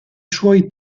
suoi